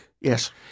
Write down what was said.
Yes